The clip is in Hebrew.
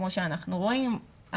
כמו שאנחנו רואים,